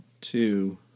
two